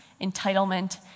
entitlement